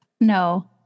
No